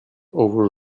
over